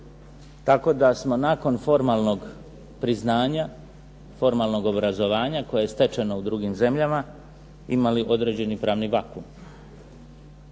tako da smo nakon formalnog priznanja, formalnog obrazovanja koje je stečeno u drugim zemljama imali određeni pravni vakuum.